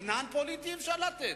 אתנן פוליטי אפשר לתת,